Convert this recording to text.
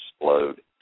explode